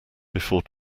before